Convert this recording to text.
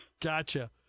Gotcha